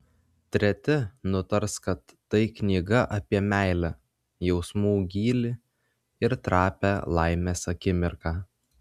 treti nutars kad tai knyga apie meilę jausmų gylį ir trapią laimės akimirką